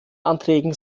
anträgen